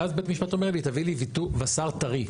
ואז בית משפט אומר לי תביא לי וס"ר טרי.